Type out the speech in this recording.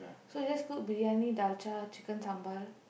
so you just cook Briyani dalcha Chicken sambal